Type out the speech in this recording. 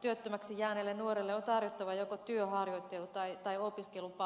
työttömäksi jääneelle nuorelle on tarjottava joko työharjoittelu tai opiskelupaikka